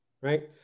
right